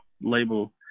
label